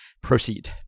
Proceed